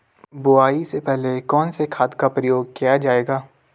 बुआई से पहले कौन से खाद का प्रयोग किया जायेगा?